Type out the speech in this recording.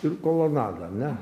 ir kolonada ar ne